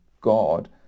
God